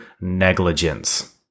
negligence